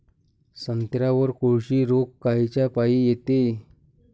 संत्र्यावर कोळशी रोग कायच्यापाई येते?